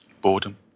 Boredom